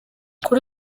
kuri